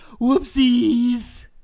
whoopsies